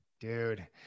Dude